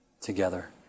together